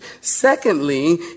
Secondly